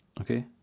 Okay